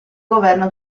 governo